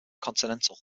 continental